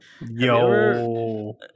Yo